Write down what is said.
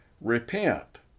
Repent